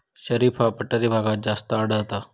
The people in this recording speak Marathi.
शरीफा पठारी भागात जास्त आढळता